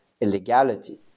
illegality